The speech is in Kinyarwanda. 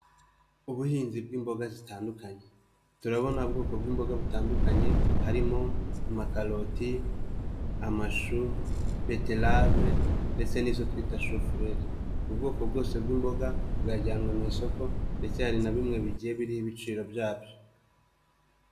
Ubuhinzi bw'imboga zitandukanye, turabona ubwoko bw'imboga butandukanye harimo amakaroti, amashu, beterave ndetse n'izo twita shofureri, ubwoko bwose bw'imboga bwajyanwe mu isoko ndetse hari na bimwe bigiye biriho ibiciro byabyo.